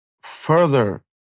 further